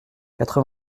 quatre